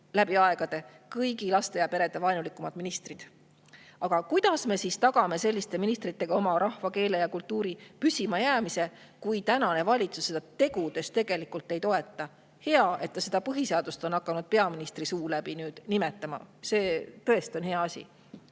läbi aegade kõige laste‑ ja perevaenulikumad ministrid. Kuidas me tagame selliste ministritega oma rahva, keele ja kultuuri püsimajäämise, kui tänane valitsus seda tegudes tegelikult ei toeta? Hea, et põhiseadust on nüüd hakatud peaministri suu läbi nimetama, see tõesti on hea asi.